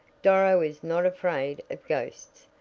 doro is not afraid of ghosts,